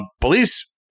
police